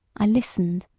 i listened,